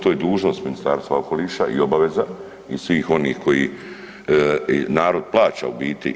To je dužnost Ministarstva okoliša i obaveza i svih onih koje narod plaća u biti.